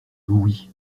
louis